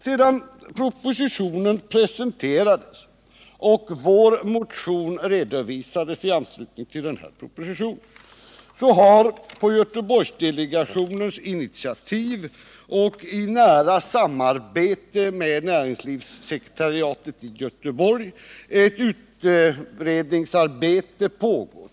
Sedan propositionen presenterades och vår motion redovisades i anslutning till den har på Göteborgsdelegationens initiativ och i nära samarbete med näringslivssekretariatet i Göteborg ett utredningsarbete pågått.